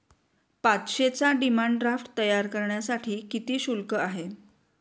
पाचशेचा demand draft तयार करण्यासाठी किती शुल्क आहे?